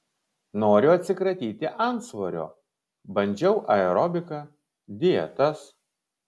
noriu atsikratyti antsvorio bandžiau aerobiką dietas